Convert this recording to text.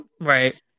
right